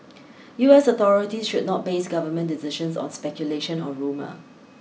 U S authorities should not base government decisions on speculation or rumour